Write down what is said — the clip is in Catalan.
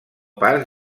pas